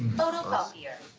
photocopier.